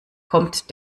kommt